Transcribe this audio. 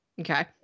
Okay